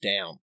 down